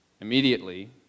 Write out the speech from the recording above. Immediately